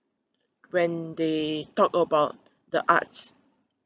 when they talk about the arts